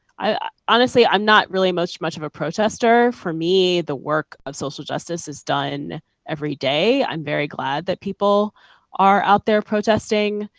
i am um not really much much of a protester. for me the work of social justice is done every day. i am very glad that people are out there protesting,